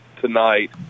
tonight